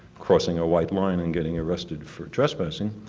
crossing a white line and getting arrested for trespassing,